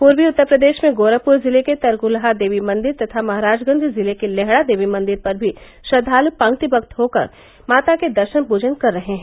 पूर्वी उत्तर प्रदेश में गोरखपुर जिले के तरकुलहा देवीमंदिर तथा महराजगंज जिले के लेहड़ा देवी मंदिर पर भी श्रद्वालु पंक्तिबद्द होकर माता के दर्शन पूजन कर रहे हैं